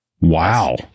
Wow